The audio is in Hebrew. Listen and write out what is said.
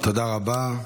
תודה רבה.